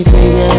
Baby